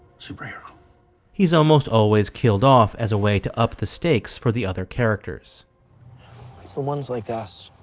superhero he's almost always killed off as a way to up the stakes for the other characters it's the ones like us,